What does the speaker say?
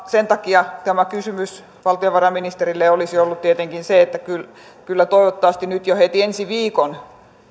sen takia kysymys valtiovarainministerille olisi ollut tietenkin se että kai toivottavasti nyt jo heti ensi viikon